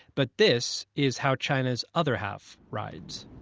but this is how china's other half rides